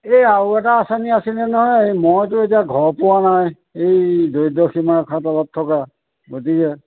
এই আৰু এটা আঁচনি আছিলে নহয় মইতো এতিয়া ঘৰ পোৱা নাই এই দৰিদ্ৰ সীমা ৰেখাৰ তলত থকা গতিকে